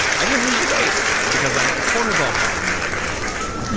i didn't lose the weight because i had a cortisol problem that i developed from doing and